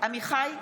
עמיחי שיקלי,